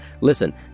Listen